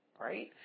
right